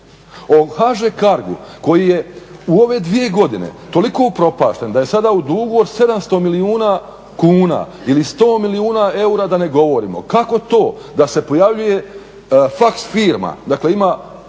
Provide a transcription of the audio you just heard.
O HŽ cargu koji je u ove dvije godine toliko upropašten da je sada u dugu od 700 milijuna kuna ili 100 milijuna eura da ne govorimo kako to da se pojavljuje faks firma, dakle ima